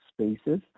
spaces